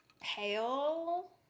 pale